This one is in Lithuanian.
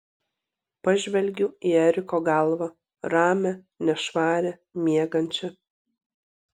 pažvelgiu į eriko galvą ramią nešvarią miegančią